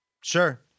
Sure